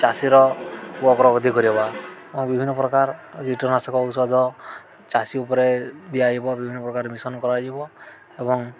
ଚାଷୀର କରାଇବା ବିଭିନ୍ନ ପ୍ରକାର କୀଟନାଶକ ଔଷଧ ଚାଷୀ ଉପରେ ଦିଆହେବ ବିଭିନ୍ନ ପ୍ରକାର ମିଶନ କରାଯିବ ଏବଂ